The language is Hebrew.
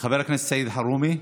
חבר הכנסת סעיד אלחרומי,